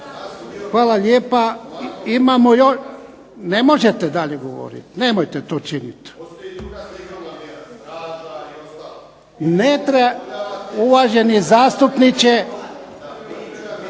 Hvala lijepa, imamo, ne možete dalje govoriti, nemojte to činiti. Ne treba, uvaženi zastupniče,